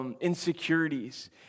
Insecurities